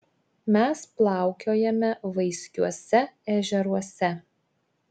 mes plaukiojame vaiskiuose ežeruose